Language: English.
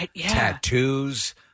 tattoos